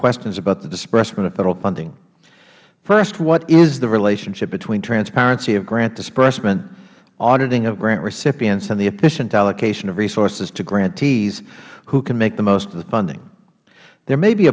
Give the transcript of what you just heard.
questions about the disbursement of federal funding first what is the relationship between transparency of grant disbursement auditing of grant recipients and the efficient allocation of resources to grantees who can make the most of the funding there may be